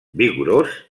vigorós